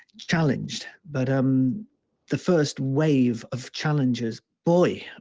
challenged, but um the first wave of challenges, boy,